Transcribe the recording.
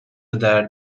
درد